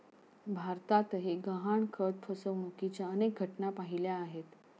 भारतातही गहाणखत फसवणुकीच्या अनेक घटना पाहिल्या आहेत